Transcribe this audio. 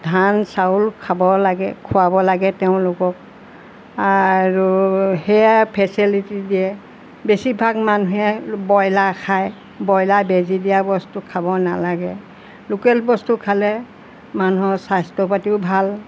ধান চাউল খাব লাগে খুৱাব লাগে তেওঁলোকক আৰু সেয়া ফেচেলিটি দিয়ে বেছিভাগ মানুহে ব্ৰইলাৰ খায় ব্ৰইলাৰ বেজি দিয়া বস্তু খাব নালাগে লোকেল বস্তু খালে মানুহৰ স্বাস্থ্য পাতিও ভাল